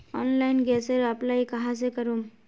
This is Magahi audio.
ऑनलाइन गैसेर अप्लाई कहाँ से करूम?